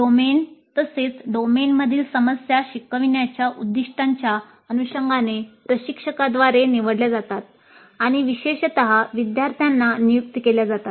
domain तसेच डोमेनमधील समस्या शिकविण्याच्या उद्दीष्टांच्या अनुषंगाने प्रशिक्षकाद्वारे निवडल्या जातात आणि विशेषत विद्यार्थ्यांना नियुक्त केल्या जातात